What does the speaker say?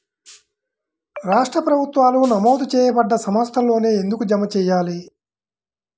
రాష్ట్ర ప్రభుత్వాలు నమోదు చేయబడ్డ సంస్థలలోనే ఎందుకు జమ చెయ్యాలి?